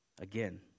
Again